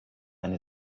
eine